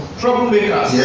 troublemakers